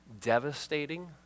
devastating